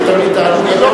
שזה תמיד תענוג גדול.